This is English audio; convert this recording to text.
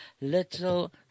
little